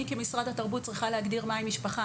כמשרד התרבות צריכה להגדיר מה היא משפחה.